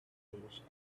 engaged